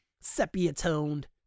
sepia-toned